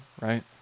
right